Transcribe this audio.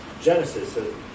Genesis